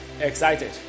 excited